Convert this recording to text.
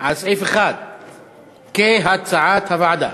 על סעיף 1 כהצעת הוועדה.